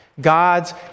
God's